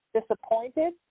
disappointed